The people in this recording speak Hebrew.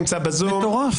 בזום.